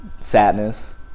sadness